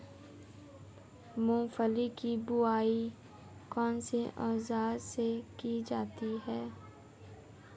मूंगफली की बुआई कौनसे औज़ार से की जाती है?